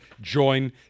Join